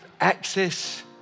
access